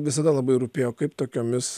visada labai rūpėjo kaip tokiomis